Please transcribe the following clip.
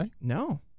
No